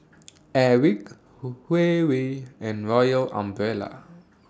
Airwick Huawei and Royal Umbrella